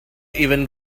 even